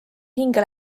hinge